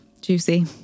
Juicy